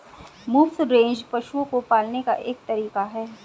मुफ्त रेंज पशुओं को पालने का एक तरीका है